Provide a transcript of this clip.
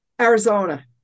Arizona